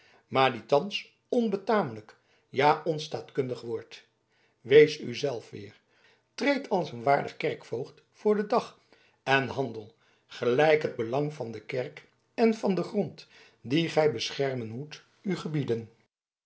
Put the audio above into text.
maar die thans onbetamelijk ja onstaatkundig wordt wees u zelf weer treed als een waardig kerkvoogd voor den dag en handel gelijk het belang van de kerk en van den grond dien gij beschermen moet u gebieden